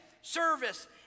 service